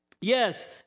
yes